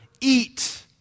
eat